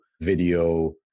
video